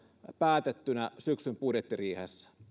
päätettynä syksyn budjettiriihessä no